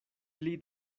pli